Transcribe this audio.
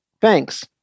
Thanks